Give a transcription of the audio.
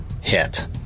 hit